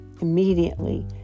Immediately